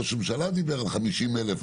גם ראש הממשלה דיבר על 50 אלף נדבקים,